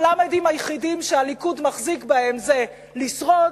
הלמ"דים היחידים שהליכוד מחזיק בהם זה לשרוד,